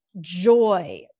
joy